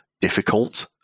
difficult